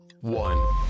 one